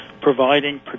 providing